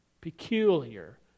peculiar